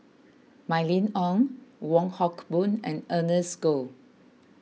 Mylene Ong Wong Hock Boon and Ernest Goh